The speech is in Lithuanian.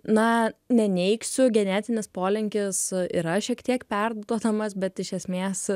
na neneigsiu genetinis polinkis yra šiek tiek perduodamas bet iš esmės